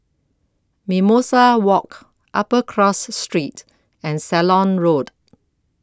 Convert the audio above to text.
Mimosa Walk Upper Cross Street and Ceylon Road